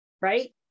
right